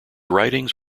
writings